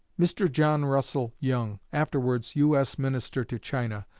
mr. john russell young, afterwards u s. minister to china,